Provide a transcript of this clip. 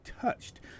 touched